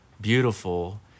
beautiful